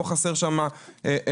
לא חסרים שם רווחים.